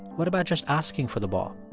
what about just asking for the ball?